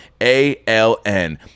ALN